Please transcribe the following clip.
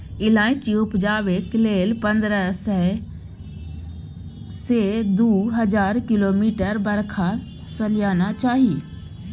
इलाइचीं उपजेबाक लेल पंद्रह सय सँ दु हजार मिलीमीटर बरखा सलियाना चाही